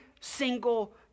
single